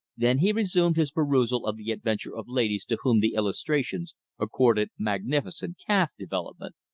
then he resumed his perusal of the adventures of ladies to whom the illustrations accorded magnificent calf-development.